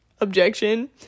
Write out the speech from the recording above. Objection